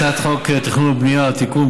הצעת חוק תכנון ובנייה (תיקון,